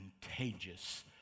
contagious